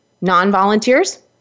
Non-volunteers